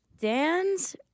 Dan's